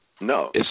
No